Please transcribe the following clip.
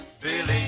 believe